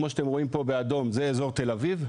כמו שאתם רואים פה באדום זה אזור תל אביב,